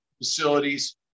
facilities